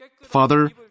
Father